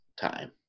Time